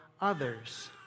others